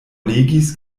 legis